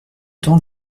temps